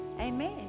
Amen